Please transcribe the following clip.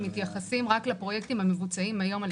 מתייחסים רק לפרויקטים המבוצעים היום על ידי החברה.